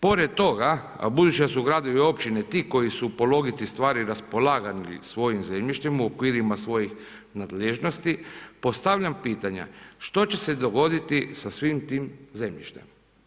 Pored toga, a budući da su gradovi i općine ti koji su po logici stvari raspolagali svojim zemljištima u okvirima svojih nadležnosti postavljam pitanja što će se dogoditi sa svim tim zemljištem?